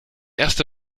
erste